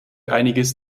einiges